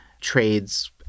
trades